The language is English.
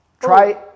try